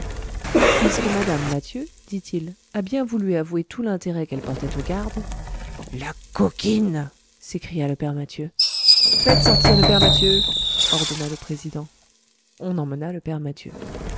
puisque mme mathieu dit-il a bien voulu avouer tout l'intérêt qu'elle portait au garde la coquine s'écria le père mathieu faites sortir le père mathieu ordonna le président on emmena le père mathieu